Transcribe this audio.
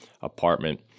apartment